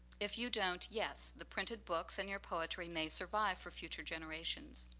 if you don't, yes, the printed books and your poetry may survive for future generations.